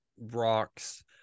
rocks